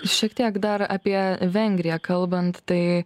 šiek tiek dar apie vengriją kalbant tai